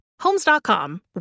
homes.com